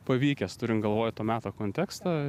pavykęs turint galvoj to meto kontekstą